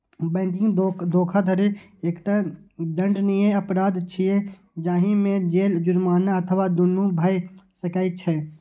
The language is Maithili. बैंकिंग धोखाधड़ी एकटा दंडनीय अपराध छियै, जाहि मे जेल, जुर्माना अथवा दुनू भए सकै छै